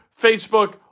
Facebook